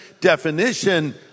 definition